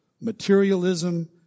materialism